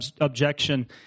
objection